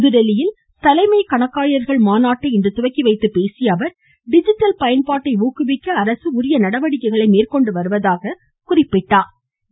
புதுதில்லியில் தலைமை கணக்காயர்கள் மாநாட்டை இன்று தொடங்கி வைத்து பேசிய அவர் டிஜிட்டல் பயன்பாட்டை ஊக்குவிக்க அரசு உரிய நடவடிக்கைகளை மேற்கொண்டு வருவதாக குறிப்பிட்டார்